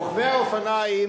רוכבי אופניים,